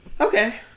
okay